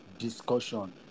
discussion